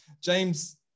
James